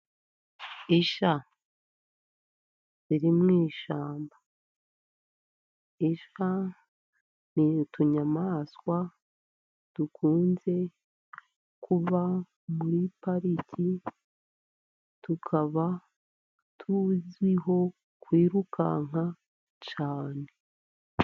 Isha ziri mu ishyamba, isha ni utunyamaswa dukunze kuba muri pariki, tukaba tuzwiho kwirukanka cyane.